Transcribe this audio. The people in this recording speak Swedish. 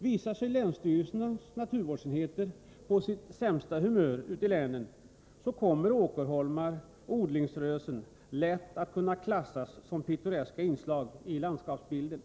Visar sig länsstyrelsens naturvårdsenhet på sitt sämsta humör ute i länen, kommer åkerholmarna och odlingsrösena lätt att kunna klassas som pittoreska inslag i landskapsbilden.